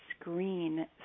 screen